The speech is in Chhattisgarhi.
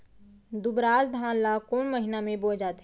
दुबराज धान ला कोन महीना में बोये जाथे?